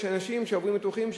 אנשים שעוברים ניתוחים,